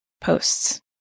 posts